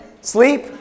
Sleep